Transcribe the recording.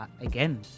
Again